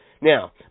Now